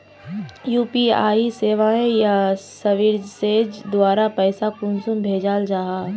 UPI सेवाएँ या services द्वारा पैसा कुंसम भेजाल जाहा?